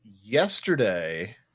yesterday